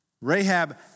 Rahab